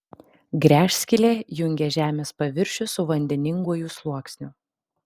gręžskylė jungia žemės paviršių su vandeninguoju sluoksniu